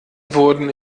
wurden